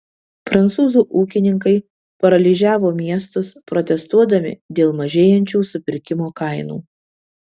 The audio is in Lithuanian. prancūzų ūkininkai paralyžiavo miestus protestuodami dėl mažėjančių supirkimo kainų